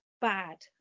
bad